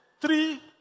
three